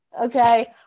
Okay